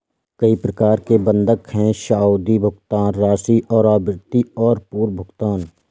कई प्रकार के बंधक हैं, सावधि, भुगतान राशि और आवृत्ति और पूर्व भुगतान